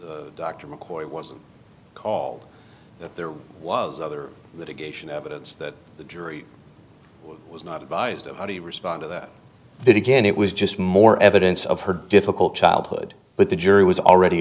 dr mccoy was a call that there was other litigation evidence that the jury was not advised of how to respond to that then again it was just more evidence of her difficult childhood but the jury was already